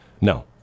No